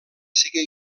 seguir